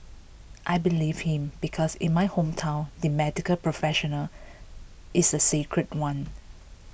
I believed him because in my hometown the medical professional is a sacred one